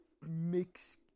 Mix